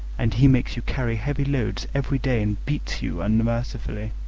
and he makes you carry heavy loads every day and beats you unmercifully.